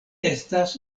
estas